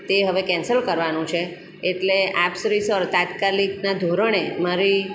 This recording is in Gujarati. તે હવે કેન્સલ કરવાનું છે એટલે આપ શ્રી સર તાત્કાલિકના ધોરણે મારી